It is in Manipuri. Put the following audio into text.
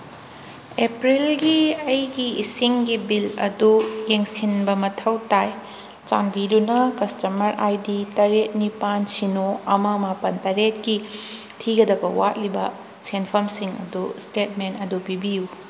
ꯑꯦꯄ꯭ꯔꯤꯜꯒꯤ ꯑꯩꯒꯤ ꯏꯁꯤꯡꯒꯤ ꯕꯤꯜ ꯑꯗꯨ ꯌꯦꯡꯁꯤꯟꯕ ꯃꯊꯧ ꯇꯥꯏ ꯆꯥꯟꯕꯤꯗꯨꯅ ꯀꯁꯇꯃꯔ ꯑꯥꯏ ꯗꯤ ꯇꯔꯦꯠ ꯅꯤꯄꯥꯟ ꯁꯤꯅꯣ ꯑꯃ ꯃꯥꯄꯟ ꯇꯔꯦꯠꯀꯤ ꯊꯤꯒꯗꯕ ꯋꯥꯠꯂꯤꯕ ꯁꯦꯟꯐꯝꯁꯤꯡ ꯑꯗꯨ ꯏꯁꯇꯦꯠꯃꯦꯟ ꯑꯗꯨ ꯄꯤꯕꯤꯌꯨ